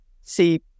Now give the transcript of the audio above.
see